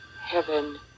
heaven